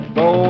go